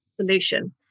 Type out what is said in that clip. solution